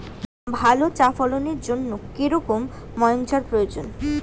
ভালো চা ফলনের জন্য কেরম ময়স্চার প্রয়োজন?